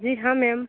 जी हाँ मैम